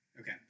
Okay